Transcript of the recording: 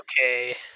Okay